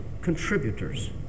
contributors